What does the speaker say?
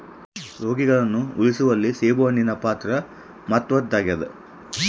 ರೋಗಿಗಳನ್ನು ಉಳಿಸುವಲ್ಲಿ ಸೇಬುಹಣ್ಣಿನ ಪಾತ್ರ ಮಾತ್ವದ್ದಾದ